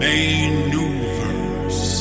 Maneuvers